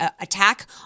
attack